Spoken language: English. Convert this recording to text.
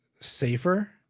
safer